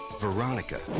Veronica